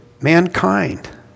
Mankind